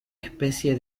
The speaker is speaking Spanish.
especie